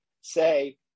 say